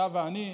אתה ואני,